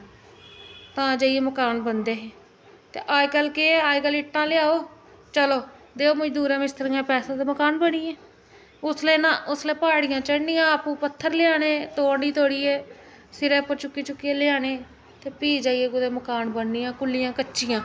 तां जाइयै मकान बनदे हे ते अज्ज कल केह् ऐ अज्ज कल इट्टां ले आओ चलो देओ मजदूरा मिस्त्रियें गी पैसे ते मकान बनिये उसलै ना उसलै प्हाड़ियां चढ़नी आपूं पत्थर लेई आने तोड़ी तोड़ियै सिरै उप्पर चुक्की चुक्कियै लेई आने ते भी जाइयै कुदै मकान बनना कु'ल्लियां कच्चियां